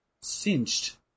cinched